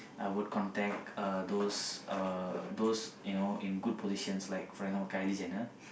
I would contact uh those uh those you know in good positions like for example Kylie-Jenner